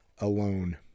alone